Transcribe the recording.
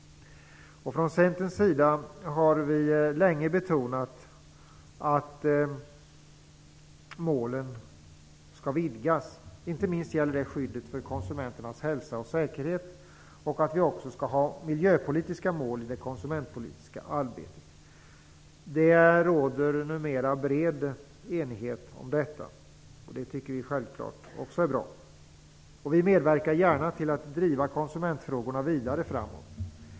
Från Centerns sida har vi länge betonat att målen skall vidgas. Inte minst gäller det skyddet för konsumenternas hälsa och säkerhet och att vi också skall ha miljöpolitiska mål i det konsumentpolitiska arbetet. Det råder numera bred enighet om detta. Det tycker vi självklart också är bra. Vi medverkar gärna till att driva konsumentfrågorna vidare framåt.